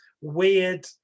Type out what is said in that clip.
weird